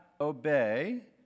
obey